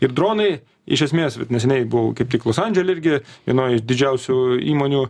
ir dronai iš esmės vat neseniai buvau kaip tik los andžele irgi vienoj iš didžiausių įmonių